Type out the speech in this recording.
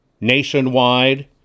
nationwide